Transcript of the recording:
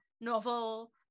novel